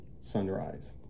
Sunrise